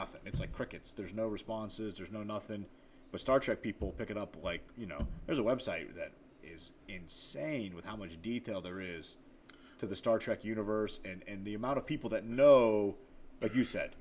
nothing it's like crickets there's no responses or no nothing but star trek people pick it up like you know there's a website that is insane with how much detail there is to the star trek universe and the amount of people that know like you said